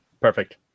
Perfect